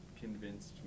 convinced